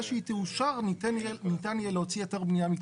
שהיא תאושר ניתן יהיה להוציא היתר בנייה מכוחה.